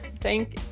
thank